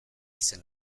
izen